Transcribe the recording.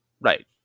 Right